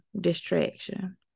distraction